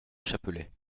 chapelet